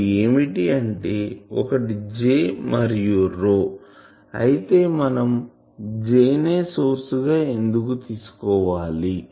అవి ఏమిటి అంటే ఒకటి J మరియు అయితే మనం J నే సోర్స్ గా ఎందుకు తీసుకోవాలి